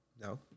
No